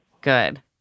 Good